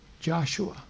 Joshua